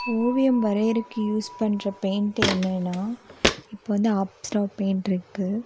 ஓவியம் வரையிறதுக்கு யூஸ் பண்ற பெயிண்ட் என்னன்னால் இப்போ வந்து அப்ஸ்ரா பெயிண்ட்டிருக்கு